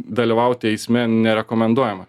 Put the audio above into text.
dalyvauti eisme nerekomenduojama